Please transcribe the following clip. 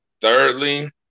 Thirdly